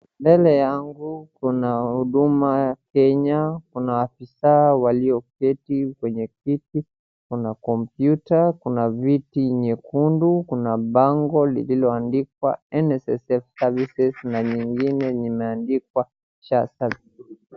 Mbele yangu kuna huduma Kenya. Kuna afisaa walioketi kwenye kiti, kuna kompyuta, kuna viti nyekundu, kuna bango lililoandikwa NSSF Services na nyingine imeandikwa Sha Service .